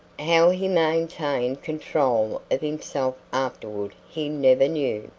how he maintained control of himself afterward he never knew.